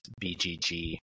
BGG